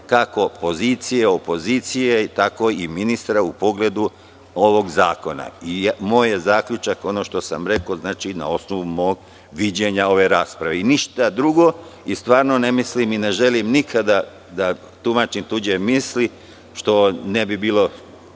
kako opozicije, pozicije, tako i ministra u pogledu ovog zakona. Moj je zaključak ono što sam rekao na osnovu mog viđenja ove rasprave i ništa drugo i stvarno ne mislim i ne želim nikada da tumačim tuđe misli, što ne bi bilo